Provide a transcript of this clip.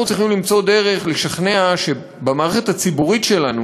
אנחנו צריכים למצוא דרך לשכנע שבמערכת הציבורית שלנו